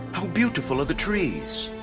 how beautiful are the trees?